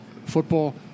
Football